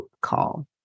call